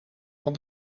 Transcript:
van